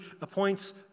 appoints